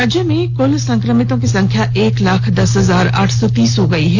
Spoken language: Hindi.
राज्य में कूल संक्रमितों की संख्या एक लाख दस हजार आठ सौ तीस हो गई है